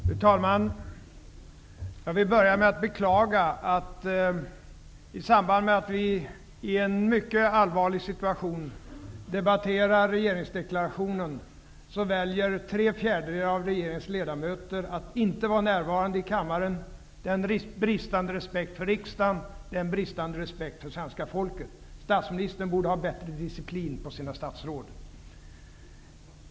Fru talman! Jag vill börja med att beklaga att tre fjärdedelar av regeringens ledamöter väljer att inte vara närvarande i kammaren i samband med att vi i en mycket allvarlig situation debatter regeringsdeklarationen. Det visar bristande respekt för riksdagen, bristande respekt för svenska folket. Statsministern borde ha bättre disciplin på sina statsråd.